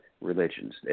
religions